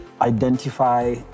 identify